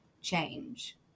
change